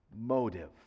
motive